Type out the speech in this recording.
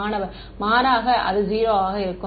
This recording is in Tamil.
மாணவர் மாறாக அது 0 ஆக இருக்கும்